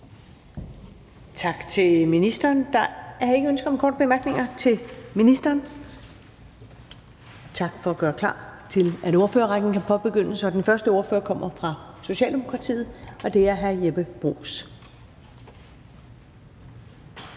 Tak til ministeren. Der er ikke flere korte bemærkninger til ministeren. Således kan ordførerrækken påbegyndes. Den første ordfører kommer fra Socialdemokratiet, og det er hr. Jeppe Bruus.